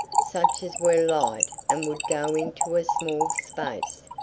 such as were light and would go into a small space.